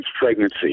pregnancy